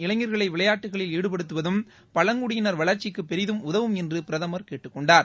இளைஞர்களை விளையாட்டுகளில் ஈடுபடுத்துவதும் பழங்குடியினர் வளர்ச்சிக்கு பெரிதும் உதவும் என்று பிரதமர் கேட்டுக்கொண்டார்